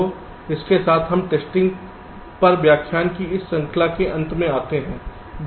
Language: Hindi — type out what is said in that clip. तो इसके साथ हम टेस्टिंग पर व्याख्यान की इस श्रृंखला के अंत में आते हैं